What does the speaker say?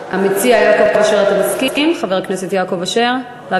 המציע, חבר הכנסת יעקב אשר, אתה מסכים?